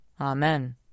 Amen